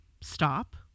stop